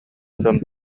дьон